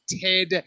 Ted